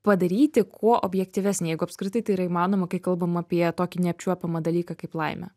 padaryti kuo objektyvesnį jeigu apskritai tai yra įmanoma kai kalbam apie tokį neapčiuopiamą dalyką kaip laimė